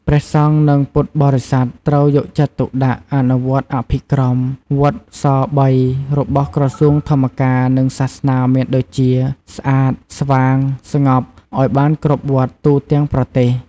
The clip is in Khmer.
ព្រះសង្ឃ និងពុទ្ធបរិស័ទ ត្រូវយកចិត្តទុកដាក់ អនុវត្តអភិក្រម វត្ត ស៣ របស់ក្រសួងធម្មការនិងសាសនាមានដូចជា ស្អាត ស្វាង ស្ងប់ ឱ្យបានគ្រប់វត្តទូទាំងប្រទេស។